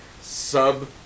sub